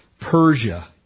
Persia